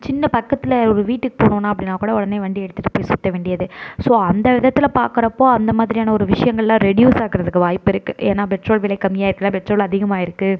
சின்ன பக்கத்தில் ஒரு வீட்டுக்கு போகணும் அப்படினா கூட உடனே வண்டி எடுத்துட்டு போய் சுற்ற வேண்டியது ஸோ அந்த விதத்தில் பார்க்குறப்போ அந்த மாதிரியான ஒரு விஷயங்கள்லாம் ரெட்யூஸ் ஆகுறதுக்கு வாய்ப்பிருக்குது ஏன்னால் பெட்ரோல் விலை கம்மியாக இருக்குனா பெட்ரோல் அதிகமாகிருக்கு